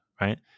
right